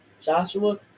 Joshua